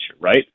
right